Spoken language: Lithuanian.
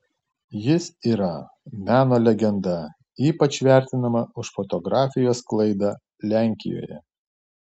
jis yra meno legenda ypač vertinama už fotografijos sklaidą lenkijoje